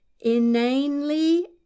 inanely